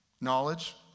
knowledge